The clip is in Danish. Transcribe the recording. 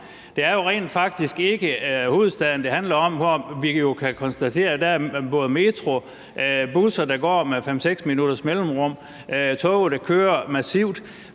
Det er jo rent faktisk ikke hovedstaden, det handler om, hvor vi jo kan konstatere at der er både metro, busser, der går med 5-6 minutters mellemrum, og toge, der kører konstant.